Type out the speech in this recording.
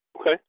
okay